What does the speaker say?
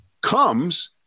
comes